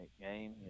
game